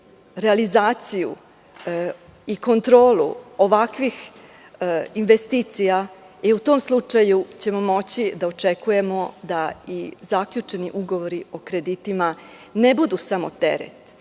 realizaciju i kontrolu ovakvih investicija, u tom slučaju ćemo moći da očekujemo da zaključeni ugovori o kreditima ne budu samo teret,